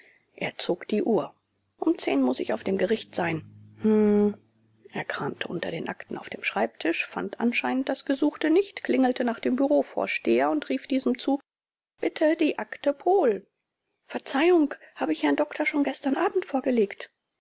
er zog die uhr um zehn muß ich auf dem gericht sein hm er kramte unter den akten auf dem schreibtisch fand anscheinend das gesuchte nicht klingelte nach dem bürovorsteher und rief diesem zu bitte die akten pohl verzeihung habe ich herrn doktor schon gestern abend vorgelegt